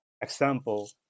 example